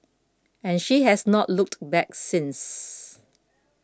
and she has not looked back since